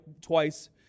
Twice